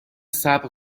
صبر